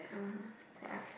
uh yeah